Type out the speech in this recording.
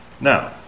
Now